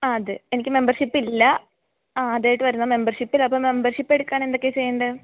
ആ അതെ എനിക്ക് മെമ്പർഷിപ്പ് ഇല്ല ആ ആദ്യമായിട്ട് വരുന്നതാണ് മെമ്പർഷിപ്പ് ഇല്ലാ അപ്പം മെമ്പർഷിപ്പ് എടുക്കാൻ എന്തൊക്കെയാണ് ചെയ്യേണ്ടത്